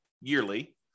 yearly